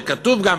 שכתוב גם